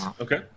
Okay